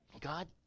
God